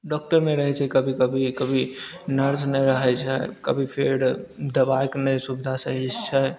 doctor नहि रहैत छै कभी कभी कभी नर्स नहि रहैत छै कभी फेर दबाइके नहि सुबिधा सही से छै